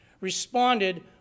responded